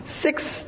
six